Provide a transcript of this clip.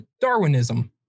Darwinism